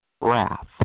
wrath